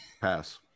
pass